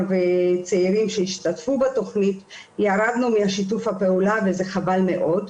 וצעירים שהשתתפו בתוכנית ירדנו משיתוף הפעולה וזה חבל מאוד,